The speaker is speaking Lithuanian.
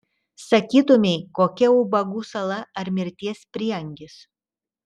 sakytumei kokia ubagų sala ar mirties prieangis